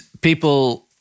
people